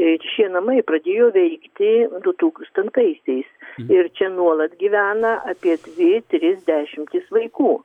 ir šie namai pradėjo veikti du tūkstantaisiais ir čia nuolat gyvena apie dvi tris dešimtis vaikų